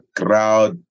crowd